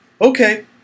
okay